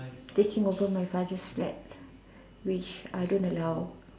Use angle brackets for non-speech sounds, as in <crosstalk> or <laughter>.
taking over my father's flat which <noise> I don't allow